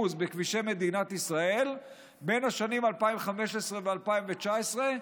בכבישי מדינת ישראל בין השנים 2015 ו-2019,